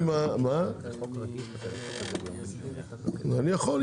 אני יכול.